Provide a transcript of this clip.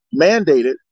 mandated